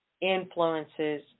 influences